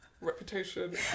reputation